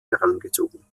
herangezogen